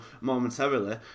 momentarily